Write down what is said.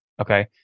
Okay